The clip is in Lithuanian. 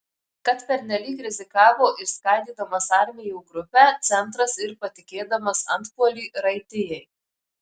kad pernelyg rizikavo išskaidydamas armijų grupę centras ir patikėdamas antpuolį raitijai